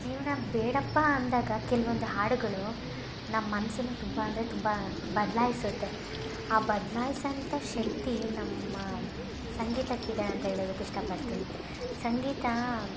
ಜೀವನ ಬೇಡಪ್ಪ ಅಂದಾಗ ಕೆಲ್ವೊಂದು ಹಾಡುಗಳು ನಮ್ಮ ಮನ್ಸನ್ನು ತುಂಬ ಅಂದರೆ ತುಂಬ ಬದಲಾಯಿಸತ್ತೆ ಆ ಬದಲಾಯ್ಸೋವಂತ ಶಕ್ತಿ ನಮ್ಮ ಸಂಗೀತಕ್ಕೆ ಇದೆ ಅಂತ ಹೇಳೋದಕ್ ಇಷ್ಟಪಡ್ತೀನಿ ಸಂಗೀತ